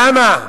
למה?